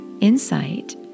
insight